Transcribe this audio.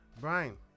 Brian